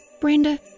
Brenda